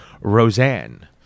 Roseanne